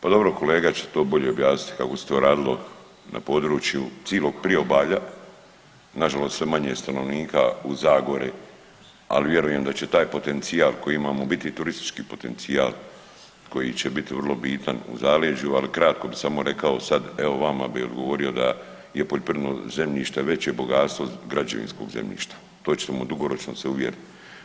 Pa dobro, kolega će to bolje objasniti kako se to radilo na području cilog priobalja, nažalost sve manje stanovnika u Zagore, ali vjerujem da će taj potencijal koji imamo biti turistički potencijal koji će bit vrlo bitan u zaleđu, ali kratko bi samo rekao sad, evo vama bi odgovorio da je poljoprivredno zemljište veće bogatstvo građevinskog zemljišta, to ćemo dugoročno se uvjeriti.